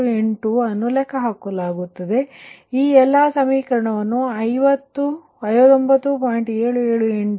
78 ಅನ್ನು ಲೆಕ್ಕಹಾಕುತ್ತದೆ ಈ ಎಲ್ಲಾ ಸಮೀಕರಣವನ್ನು ಒಟ್ಟು 59